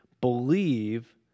believe